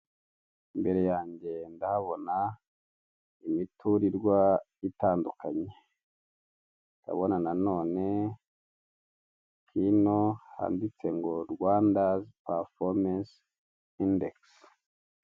Imbere yange ndahabona imiturirwa itandukanye ndabona na none hino handitse ngo Rwandazi pafomense indegisi.